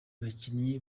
bakinnyi